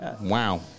Wow